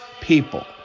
people